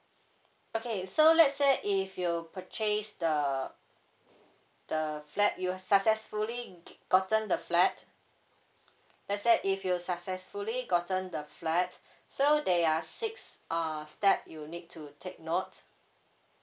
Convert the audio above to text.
okay so let's say if you purchase the the flat you successfully gotten the flat let's say if you successfully gotten the flat so there are six uh step you need to take note